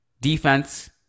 Defense